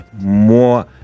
more